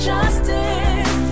Justice